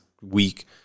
week